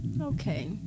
Okay